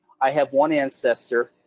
i have one ancestor,